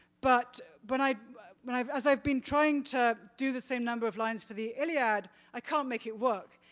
but but i mean i've been as i've been trying to do the same number of lines for the iliad, i can't make it work.